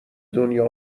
دنیا